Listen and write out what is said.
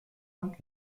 und